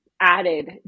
added